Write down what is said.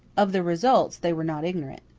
of the results they were not ignorant.